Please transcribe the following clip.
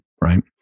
right